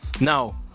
Now